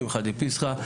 קמחא פסחא,